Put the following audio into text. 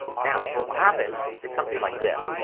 now what will happen is something like this.